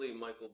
Michael